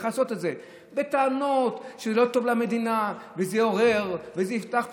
לכסות את זה בטענות שזה לא טוב למדינה ושזה יעורר ויפתח פצעים,